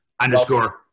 underscore